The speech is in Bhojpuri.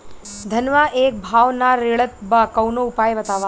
धनवा एक भाव ना रेड़त बा कवनो उपाय बतावा?